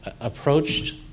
approached